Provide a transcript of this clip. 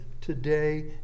today